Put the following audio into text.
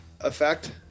effect